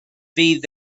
fydd